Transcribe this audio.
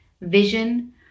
vision